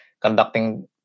conducting